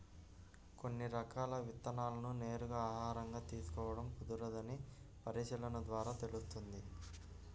కొన్ని రకాల విత్తనాలను నేరుగా ఆహారంగా తీసుకోడం కుదరదని పరిశీలన ద్వారా తెలుస్తుంది